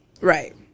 right